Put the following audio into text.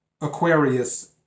Aquarius